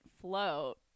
float